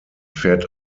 fährt